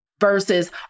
versus